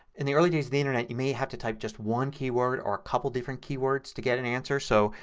in the early days of the internet you may have to type just one key word or a couple different key words to get an answer. so,